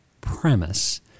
premise